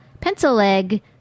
pencil-leg